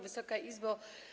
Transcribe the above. Wysoka Izbo!